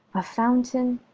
a fountain.